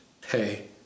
pay